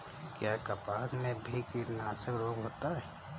क्या कपास में भी कीटनाशक रोग होता है?